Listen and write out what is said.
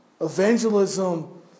Evangelism